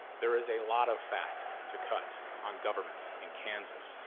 there is a lot of fat to cut on government in kansas,